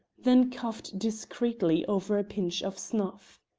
then coughed discreetly over a pinch of snuff.